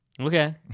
Okay